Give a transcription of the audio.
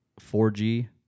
4G